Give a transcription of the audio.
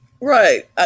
Right